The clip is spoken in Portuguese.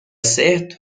certo